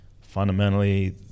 fundamentally